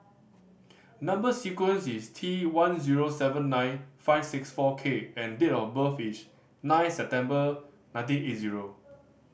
number sequence is T one zero seven nine five six four K and date of birth is nine September nineteen eight zero